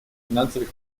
финансовых